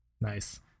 Nice